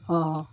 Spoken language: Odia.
ହଁ ହଁ